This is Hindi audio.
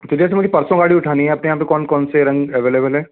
तो जैसी मुझे परसों गाड़ी उठानी है अपने यहाँ पर कौन कौन से रंग एवेलेबल है